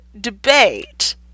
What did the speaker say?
debate